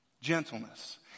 Gentleness